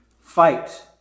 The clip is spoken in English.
Fight